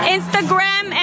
Instagram